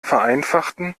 vereinfachten